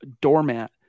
doormat